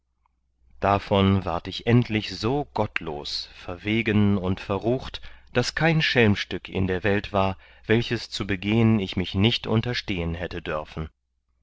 davon ward ich endlich so gottlos verwegen und verrucht daß kein schelmstück in der welt war welches zu begehen ich mich nicht unterstehen hätte dörfen